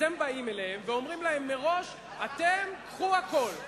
אתם באים אליהם ואומרים להם מראש: אתם, קחו הכול.